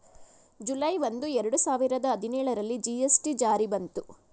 July ಒಂದು, ಎರಡು ಸಾವಿರದ ಹದಿನೇಳರಲ್ಲಿ ಜಿ.ಎಸ್.ಟಿ ಜಾರಿ ಬಂತು